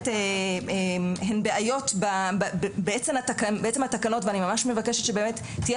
שהן בעיות בעצם התקנות ואני ממש מבקשת שבאמת תהיה